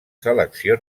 selecció